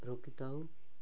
ରଖିଥାଉ